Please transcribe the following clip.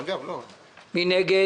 מי נגד?